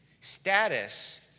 Status